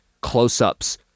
close-ups